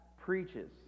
preaches